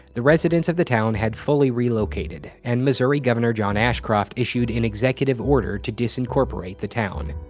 the residents of the town had fully relocated, and missouri governor john ashcroft issued an executive order to dis-incorporate the town.